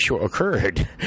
occurred